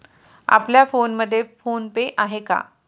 आपल्या फोनमध्ये PhonePe आहे का?